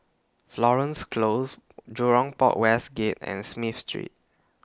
Florence Close Jurong Port West Gate and Smith Street